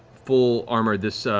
full armor, this